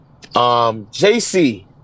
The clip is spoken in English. jc